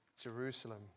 Jerusalem